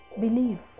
Believe